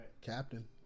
Captain